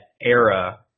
era